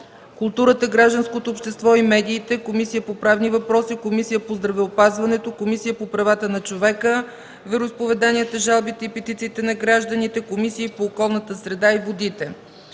културата, гражданското общество и медиите, Комисията по правни въпроси, Комисията по здравеопазването, Комисията по правата на човека, вероизповеданията, жалбите и петициите на гражданите и Комисията по околната среда и водите.